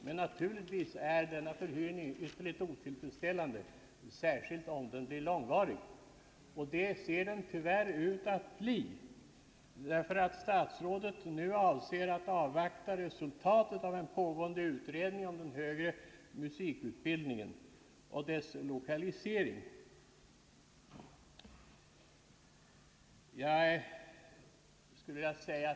Ett sådant arrangemang är dock ytterligt otillfredsställande, särskilt om det blir långvarigt, vilket det tyvärr ser ut att bli eftersom statsrådet nu avser att avvakta resultatet av den pågående utredningen om den högre musikutbildningen och dess lokalisering.